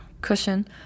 cushion